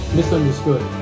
Misunderstood